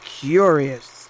curious